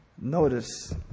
Notice